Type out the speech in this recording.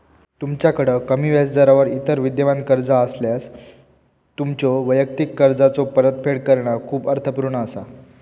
तुमच्याकड कमी व्याजदरावर इतर विद्यमान कर्जा असल्यास, तुमच्यो वैयक्तिक कर्जाचो परतफेड करणा खूप अर्थपूर्ण असा